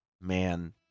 man